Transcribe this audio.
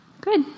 good